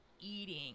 eating